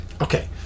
Okay